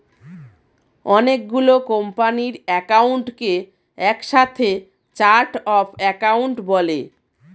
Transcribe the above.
অনেক গুলো কোম্পানির অ্যাকাউন্টকে একসাথে চার্ট অফ অ্যাকাউন্ট বলে